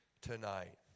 tonight